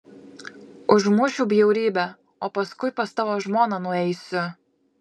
užmušiu bjaurybę o paskui pas tavo žmoną nueisiu